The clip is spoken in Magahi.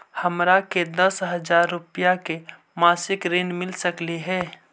हमरा के दस हजार रुपया के मासिक ऋण मिल सकली हे?